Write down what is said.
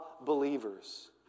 believers